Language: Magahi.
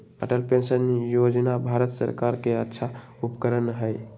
अटल पेंशन योजना भारत सर्कार के अच्छा उपक्रम हई